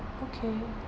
okay